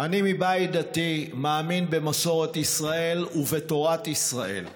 אני מבית דתי, מאמין במסורת ישראל ובתורת ישראל.